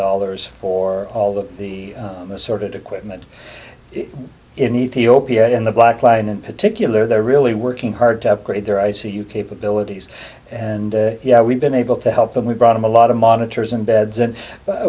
dollars for all that the sort of equipment in ethiopia in the black lion in particular they're really working hard to upgrade their i c u capabilities and yeah we've been able to help them we brought them a lot of monitors and beds and